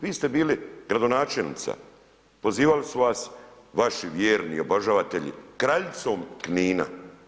Vi ste bili gradonačelnica, pozivali su vas, vaši vjerni obožavatelji kraljicom Knina.